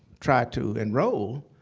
tried to enroll.